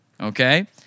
Okay